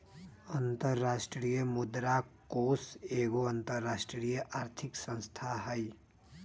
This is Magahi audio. अंतरराष्ट्रीय मुद्रा कोष एगो अंतरराष्ट्रीय आर्थिक संस्था हइ